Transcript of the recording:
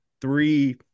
three